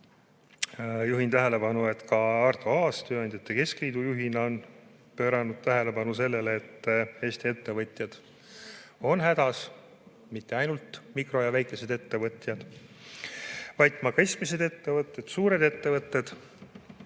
Juhin tähelepanu, et ka Arto Aas tööandjate keskliidu juhina on pööranud tähelepanu sellele, et Eesti ettevõtted on hädas, kusjuures mitte ainult mikro‑ ja väikeettevõtted, vaid ka keskmised ja suured ettevõtted.